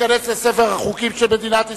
וייכנס לספר החוקים של מדינת ישראל.